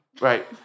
Right